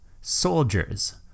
soldiers